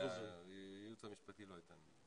אבל הייעוץ המשפטי לא ייתן,